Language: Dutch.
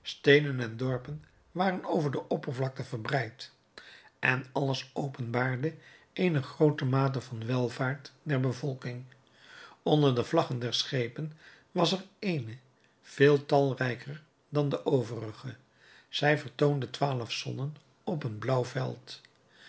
steden en dorpen waren over de oppervlakte verbreid en alles openbaarde eene groote mate van welvaart der bevolking onder de vlaggen der schepen was er eene veel talrijker dan de overige zij vertoonde twaalf zonnen op een blauw veld